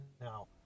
now